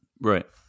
Right